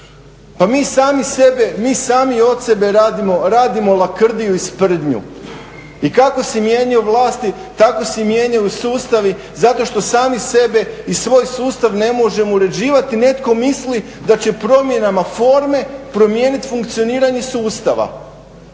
to je sramota. Pa mi sami od sebe radimo lakrdiju i sprdnju. I kako se mijenjaju vlasti tako se mijenjaju sustavi zato što sami sebe i svoj sustav ne možemo uređivati. Netko misli da će promjenama forme promijenit funkcioniranje sustava